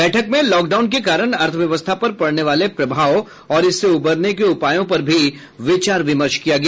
बैठक में लॉकडाउन के कारण अर्थव्यवस्था पर पड़ने वाले प्रभाव और इससे उबरने के उपायों पर भी विचार विमर्श किया गया